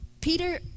Peter